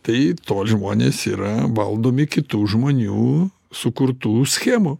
tai tol žmonės yra valdomi kitų žmonių sukurtų schemų